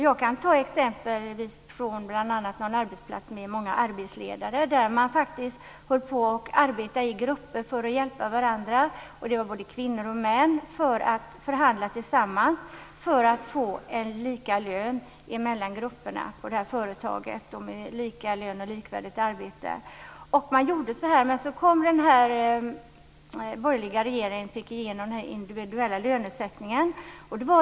Jag kan ta ett exempel från en arbetsplats med många arbetsledare, där man faktiskt arbetade i grupper för att hjälpa varandra. Det var både kvinnor och män, och man förhandlade tillsammans för att få lika lön mellan grupperna på det här företaget. Lika lön för likvärdigt arbete. Men så fick den borgerliga regeringen igenom den individuella lönesättningen.